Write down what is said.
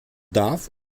darf